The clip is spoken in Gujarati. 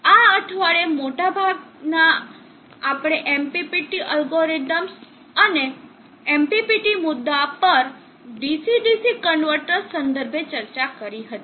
આ અઠવાડિયે મોટાભાગના આપણે MPPT એલ્ગોરિધમ અને MPPT મુદ્દાઓ પર DC DC કન્વર્ટર સંદર્ભે ચર્ચા કરી હતી